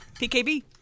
PKB